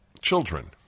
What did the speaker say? children